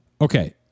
Okay